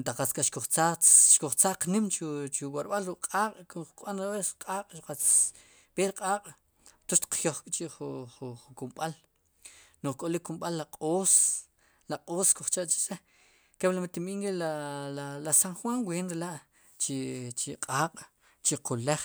ataq xkuj ttzaatz xkuj traaq nim chu chu worb'al ruk' q'aq' kuj kb'an dobla q'aq' xu qatz b'eer q'aq' entonces xtiq jyoj k'chi' ju ju kumb'al no'j k'olik kumb'al q'oos la q'oos kujcha chee kepli mi tinb'iij nk'i la la sanjuan ween re la'chu q'aaq'chu qulaj.